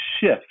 shift